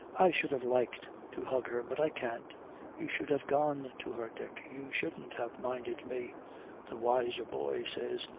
i should have liked to hug her but i can't you should have gone to her, dick you shouldn't have minded me the wiser boy says,